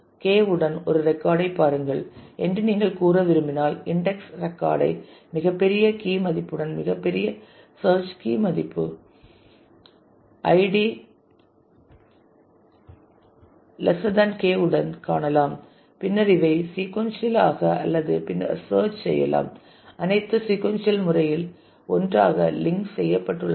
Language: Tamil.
K உடன் ஒரு ரெக்கார்ட் ஐப் பாருங்கள் என்று நீங்கள் கூற விரும்பினால் இன்டெக்ஸ் ரெக்கார்ட் ஐ மிகப் பெரிய கீ மதிப்புடன் மிகப்பெரிய சேர்ச் கீ மதிப்பு ஐடி K உடன் காணலாம் பின்னர் இவை சீக்கொன்சியல் ஆக அல்லது பின்னர் சேர்ச் செய்யலாம் அனைத்தும் சீக்கொன்சியல் முறையில் ஒன்றாக லிங்க் செய்யப்பட்டுள்ளன